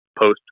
post